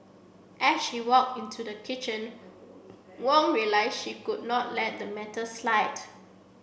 as she walked into the kitchen Wong realised she could not let the matter slide